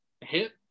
hit